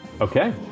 Okay